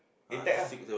A tech ah